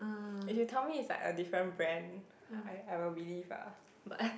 if you tell me is like a different brand I I will believe ah but